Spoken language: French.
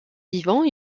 vivants